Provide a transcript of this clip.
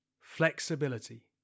Flexibility